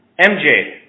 MJ